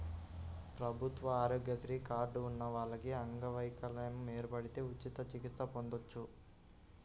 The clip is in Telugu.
ప్రభుత్వ ఆరోగ్యశ్రీ కార్డు ఉన్న వాళ్లకి అంగవైకల్యం ఏర్పడితే ఉచిత చికిత్స పొందొచ్చు